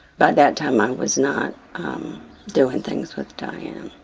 by that time i was not doing things with diane,